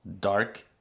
dark